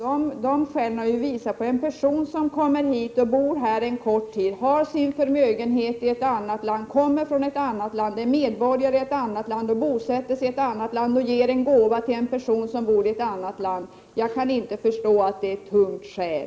Fru talman! Här gäller det en person som kommer till Sverige och bor här en kort tid, som har sin förmögenhet i ett annat land, som kommer från ett annat land, som är medborgare i ett annat land, som bosätter sig i ett annat land och som ger en gåva till en person som bor i ett annat land — jag kan inte förstå att det är något tungt skäl.